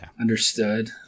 Understood